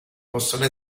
possono